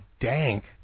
dank